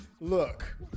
look